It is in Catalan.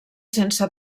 sense